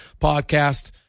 podcast